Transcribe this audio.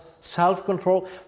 self-control